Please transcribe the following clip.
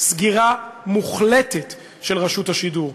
סגירה מוחלטת של רשות השידור,